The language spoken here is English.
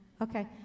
Okay